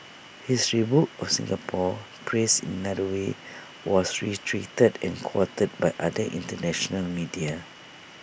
his rebuke of Singapore phrased in another way was reiterated and quoted by other International media